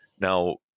Now